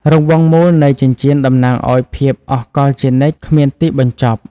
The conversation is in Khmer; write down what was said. រង្វង់មូលនៃចិញ្ចៀនតំណាងឱ្យភាពអស់កល្បជានិច្ច គ្មានទីបញ្ចប់។